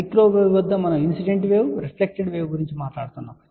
microwave వద్ద మనము incident wave reflected wave గురించి మాట్లాడుతున్నాము